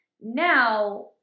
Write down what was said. Now